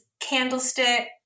candlestick